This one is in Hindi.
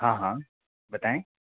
हाँ हाँ बताएं